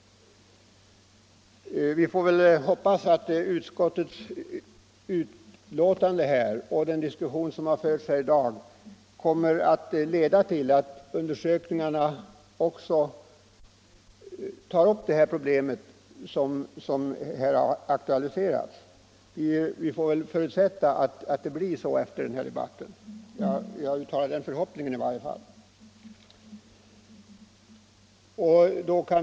Vi får hoppas att utskottets betänkande och den diskussion som har förts här i dag kommer att leda till att undersökningarna också tar upp det problem som här har aktualiserats. Vi förutsätter att det blir så efter den här debatten; jag vill uttala den förhoppningen i varje fall.